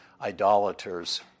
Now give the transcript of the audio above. idolaters